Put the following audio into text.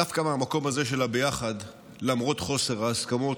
דווקא מהמקום הזה של הביחד, למרות חוסר ההסכמות,